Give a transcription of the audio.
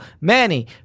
Manny